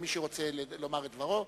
למי שרוצה לומר את דברו.